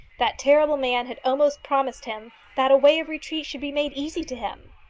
that terrible man had almost promised him that a way of retreat should be made easy to him.